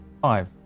Five